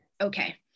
Okay